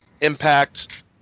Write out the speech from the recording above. Impact